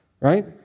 Right